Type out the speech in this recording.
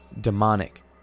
demonic